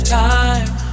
time